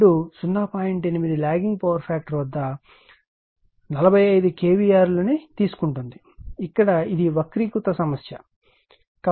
8 lagging power factor వద్ద 45 k VAR ను తీసుకుంటుంది ఇక్కడ ఇది వక్రీకృత సమస్య